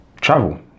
travel